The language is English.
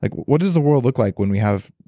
like what does the world look like when we have